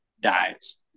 dies